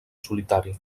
solitari